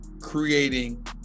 creating